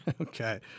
Okay